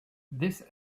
this